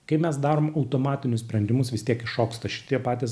kai mes darom automatinius sprendimus vis tiek iššoksta šitie patys